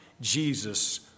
Jesus